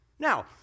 Now